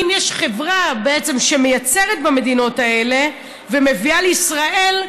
אם יש חברה שמייצרת במדינות האלה ומביאה רק לישראל,